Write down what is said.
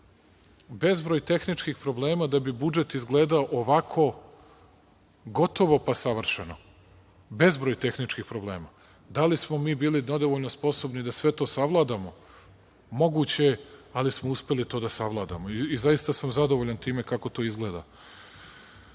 bezbroj tehničkih problema da bi budžet izgledao ovako, gotovo pa savršeno. Dakle, bezbroj tehničkih problema. Da li smo mi bili nedovoljno sposobni da sve to savladamo? Moguće je, ali smo uspeli to da savladamo i zaista sam zadovoljan time kako to izgleda. Vi